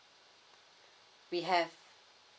we have